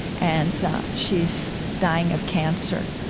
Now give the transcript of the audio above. and she's dying of cancer.